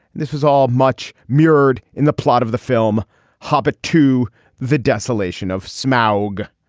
this was all much mirrored in the plot of the film hobbit to the desolation of smog.